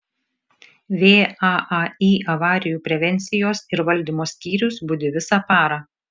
vaai avarijų prevencijos ir valdymo skyrius budi visą parą